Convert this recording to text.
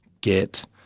get